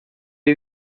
you